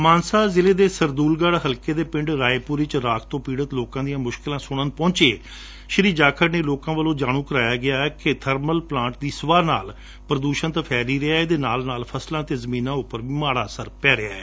ਮਾਨਸਾ ਜਿਲੇ ਦੇ ਸੰਦੂਲਗੜ੍ ਲਾਗਲੇ ਪਿੰਡ ਰਾਏਪੁਰ ਵਿਚ ਰਾਖ ਤੱ ਪੀੜਤ ਲੋਕਾਂ ਦੀਆਂ ਮੁਸ਼ਕਲਾਂ ਸੁਣਨ ਪਹੁੰਚੇ ਸ਼ੀ ਜਾਖੜ ਨੂੰ ਲੋਕਾਂ ਵਲੋਂ ਜਾਣ ਕਰਵਾਇਆ ਗਿਆ ਕਿ ਬਰਮਲ ਪਲਾਂਟ ਦੀ ਸਵਾਹ ਨਾਲ ਪੁਦੁਸ਼ਣ ਤਾਂ ਫੈਲ ਹੀ ਰਿਹੈ ਅਤੇ ਨਾਲ ਨਾਲ ਫਸਲਾਂ ਅਤੇ ਜਮੀਨਾਂ ਉਂਪਰ ਵੀ ਮਾੜਾ ਅਸਰ ਪੈ ਰਿਹੈ